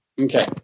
Okay